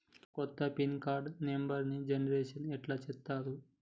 కొత్త PIN card నెంబర్ని generation ఎట్లా చేత్తరు?